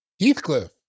Heathcliff